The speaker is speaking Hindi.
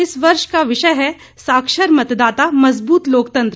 इस वर्ष का विषय है साक्षर मतदाता मजबूत लोकतंत्र